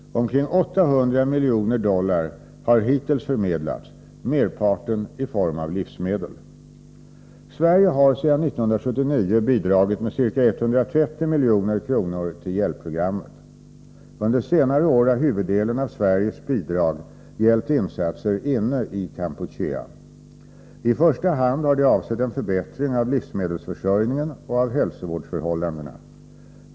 Omkring 800 miljoner dollar har hittills förmedlats, merparten i form av livsmedel. Sverige har sedan 1979 bidragit med ca 130 milj.kr. till hjälpprogrammet. Under senare år har huvuddelen av Sveriges bidrag gällt insatser inne i Kampuchea. I första hand har de avsett en förbättring av livsmedelsförsörjningen och av hälsoförhållandena.